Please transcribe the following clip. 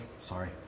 sorry